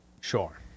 Sure